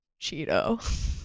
Cheeto